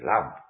love